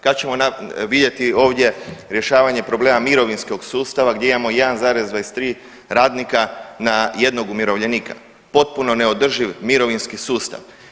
Kad ćemo vidjeti ovdje rješavanje problema mirovinskog sustava gdje imamo 1,23 radnika na jednog umirovljenika, potpuno neodrživ mirovinski sustav.